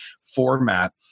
format